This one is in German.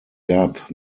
gab